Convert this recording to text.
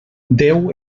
déu